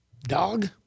dog